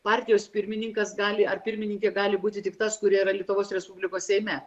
partijos pirmininkas gali ar pirmininkė gali būti tik tas kurie yra lietuvos respublikos seime